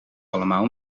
allemaal